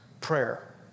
prayer